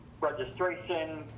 registration